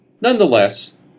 Nonetheless